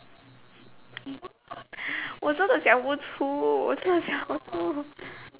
我真的想不出我真的想不出